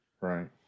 Right